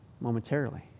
momentarily